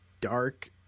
dark